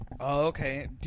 Okay